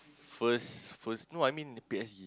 first first no I mean P_S_G